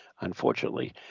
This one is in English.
unfortunately